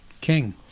king